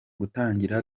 gutangira